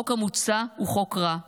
החוק המוצע הוא חוק רע,